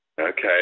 Okay